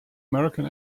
american